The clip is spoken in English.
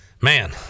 man